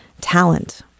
talent